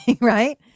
right